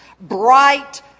bright